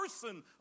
person